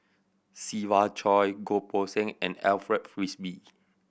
Siva Choy Goh Poh Seng and Alfred Frisby